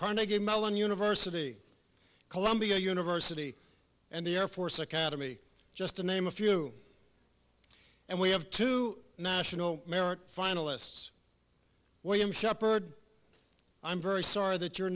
carnegie mellon university columbia university and the air force academy just to name a few and we have two national merit finalists william shepherd i'm very sorry that your